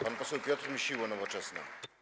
Pan poseł Piotr Misiło, Nowoczesna.